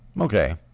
Okay